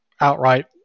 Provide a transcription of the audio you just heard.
outright